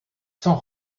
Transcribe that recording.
sans